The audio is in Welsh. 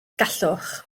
gallwch